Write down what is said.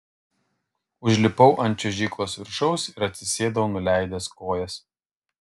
užlipau ant čiuožyklos viršaus ir atsisėdau nuleidęs kojas